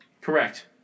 Correct